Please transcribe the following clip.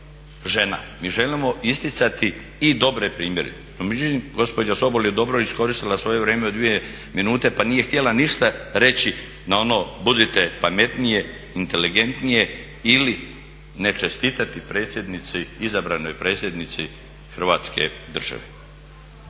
žena. Mi želimo isticati i dobre primjere. Međutim, gospođa Sobol je dobro iskoristila svoje vrijeme od 2 minute pa nije htjela ništa reći na ono budite pametnije, inteligentnije ili ne čestitati predsjednici, izabranoj predsjednici Hrvatske države.